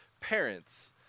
parents